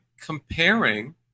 comparing